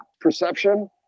perception